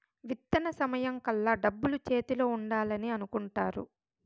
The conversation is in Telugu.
విత్తన సమయం కల్లా డబ్బులు చేతిలో ఉండాలని అనుకుంటారు